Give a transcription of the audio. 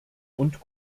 und